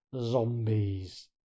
zombies